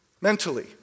mentally